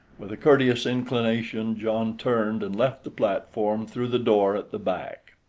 with a courteous inclination john turned and left the platform through the door at the back.